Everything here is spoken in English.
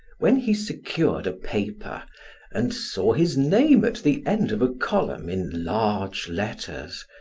when he secured a paper and saw his name at the end of a column in large letters,